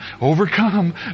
overcome